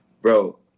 bro